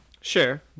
Sure